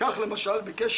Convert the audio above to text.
מה אתה רוצה להבין?